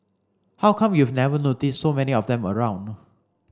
how come you've never noticed so many of them around